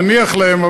נניח להן,